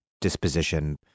disposition